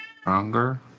Stronger